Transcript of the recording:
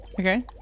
Okay